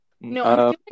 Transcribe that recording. no